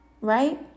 Right